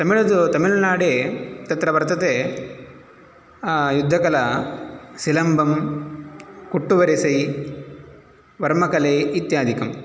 तमिलुज तमिल्नाडे तत्र वर्तते युद्धकला सिलम्बं कुट्टुवर्सै वर्मकलै इत्यादिकं